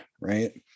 right